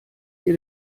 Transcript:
dir